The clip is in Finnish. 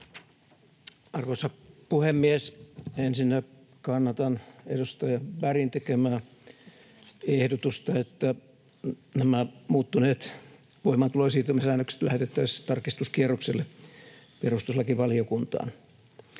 Arvoisa puhemies! Ensinnä kannatan edustaja Bergin tekemää ehdotusta, että nämä muuttuneet voimaantulo- ja siirtymäsäännökset lähetettäisiin tarkistuskierrokselle perustuslakivaliokuntaan.